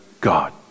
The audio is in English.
God